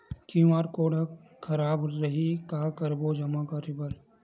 QR code हा खराब रही का करबो जमा बर?